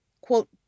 quote